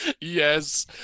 Yes